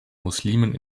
muslimen